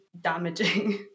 damaging